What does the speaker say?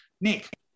Nick